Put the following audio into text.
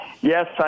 yes